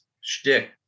shtick